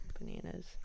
bananas